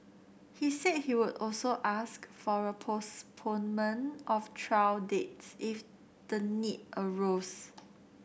he said he would also ask for a postponement of trial dates if the need arose